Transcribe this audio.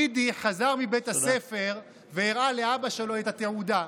גידי חזר מבית הספר והראה לאבא שלו את התעודה.